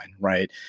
right